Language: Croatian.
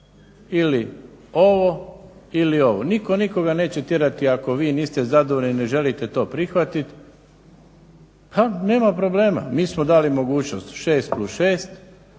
ili ovo ili ovo. Nitko nikoga neće tjerati ako vi niste zadovoljni i ne želite to prihvatiti. Ha, nema problema! Mi smo dali mogućnost 6+6,